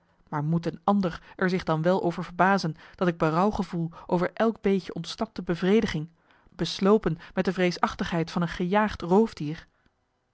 maar moet een ander er zich dan wel over verbazen dat ik berouw gevoel over elk beetje ontsnapte bevrediging beslopen met de vreesachtigheid van een gejaagd roofdier